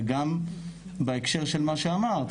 וגם בהקשר של מה שאמרת,